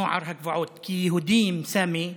כי יהודים, סמי,